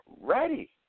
ready